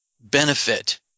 benefit